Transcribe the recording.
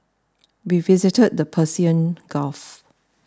we visited the Persian Gulf